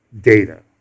data